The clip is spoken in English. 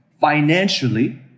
financially –